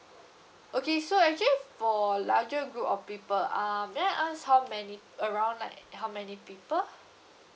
okay so actually for larger group of people uh may I ask how many around like how many people